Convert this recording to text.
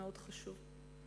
מאוד חשוב,